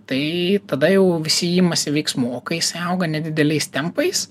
tai tada jau visi imasi veiksmų o kai jis auga nedideliais tempais